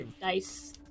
dice